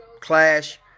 Clash